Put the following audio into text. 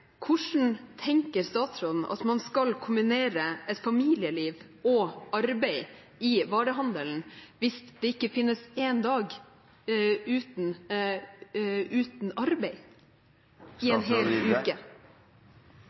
Hvordan tenker statsråden at man skal kunne kombinere et familieliv og arbeid i varehandelen hvis det ikke finnes én dag uten arbeid i